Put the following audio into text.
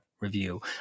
review